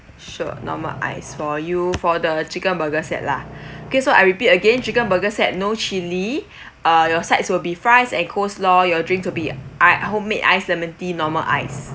sure normal ice for you for the chicken burger set lah okay so I repeat again chicken burger set no chili uh your sides will be fries and coleslaw your drinks will be i~ homemade ice lemon tea normal ice